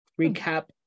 recap